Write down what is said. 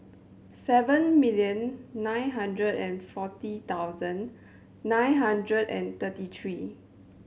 seven million nine hundred and forty thousand nine hundred and thirty three